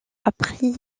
apprit